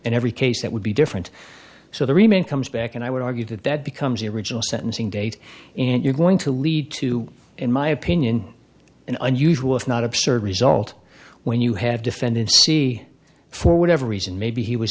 in every case that would be different so the remained comes back and i would argue that that becomes the original sentencing date and you're going to lead to in my opinion an unusual if not absurd result when you have defendant see for whatever reason maybe he was